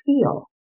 feel